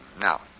Now